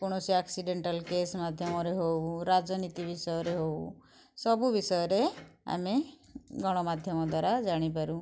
କୌଣସି accidental case ମାଧ୍ୟମରେ ହେଉ ରାଜନୀତି ବିଷୟରେ ହେଉ ସବୁ ବିଷୟରେ ଆମେ ଗଣମାଧ୍ୟମ ଦ୍ୱାରା ଜାଣିପାରୁ